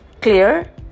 clear